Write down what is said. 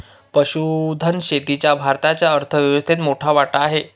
पशुधन शेतीचा भारताच्या अर्थव्यवस्थेत मोठा वाटा आहे